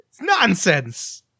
nonsense